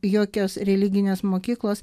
jokios religinės mokyklos